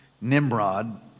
Nimrod